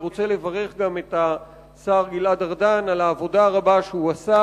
אני רוצה לברך גם את השר גלעד ארדן על העבודה הרבה שהוא עשה,